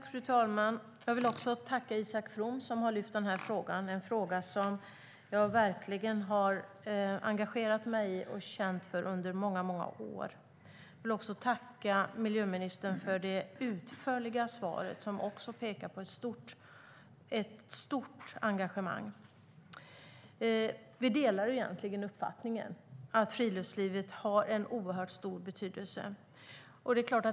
Fru talman! Jag vill tacka Isak From som ställt frågan, en fråga som jag verkligen har engagerat mig i och som jag har känt för under många år. Jag vill också tacka miljöministern för det utförliga svaret, som pekar på ett stort engagemang. Vi delar egentligen uppfattningen att friluftslivet har en oerhört stor betydelse.